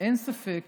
אין ספק